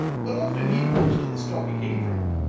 but often he'd boast of the stock he came from.